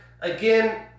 again